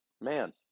Man